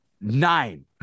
nine